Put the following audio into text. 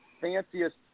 fanciest